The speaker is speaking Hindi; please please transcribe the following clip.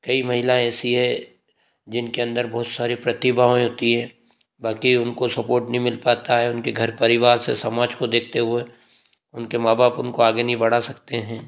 कई महिला ऐसी है जिनके अंदर बहुत सारी प्रतिभाएँ होती है बाकी उनको सपोर्ट नहीं मिल पाता है उनके घर परिवार से समाज को देखते हुए उनके माँ बाप उनको आगे नहीं बढ़ा सकते हैं